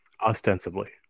ostensibly